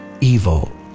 evil